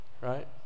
right